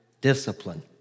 discipline